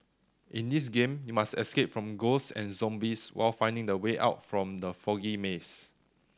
in this game you must escape from ghosts and zombies while finding the way out from the foggy maze